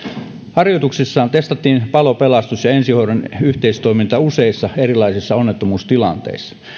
harjoituksissa testattiin palo ja pelastustoimen ja ensihoidon yhteistoimintaa useissa erilaisissa onnettomuustilanteissa